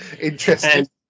Interesting